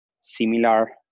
similar